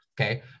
okay